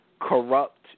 corrupt